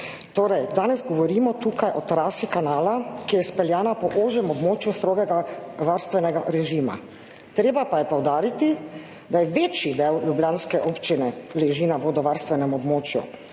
Torej, danes govorimo tukaj o trasi kanala, ki je speljana po ožjem območju strogega varstvenega režima, treba pa je poudariti, da večji del ljubljanske občine leži na vodovarstvenem območju,